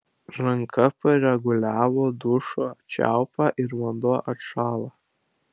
ranka pareguliavo dušo čiaupą ir vanduo atšalo